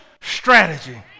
strategy